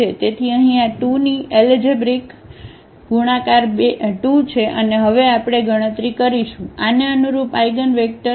તેથી અહીં આ 2 ની એલજેબ્રિક ગુણાકાર 2 છે અને હવે આપણે ગણતરી કરીશું આને અનુરૂપ આઇગનવેક્ટર